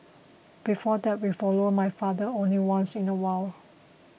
before that we followed my father only once in a while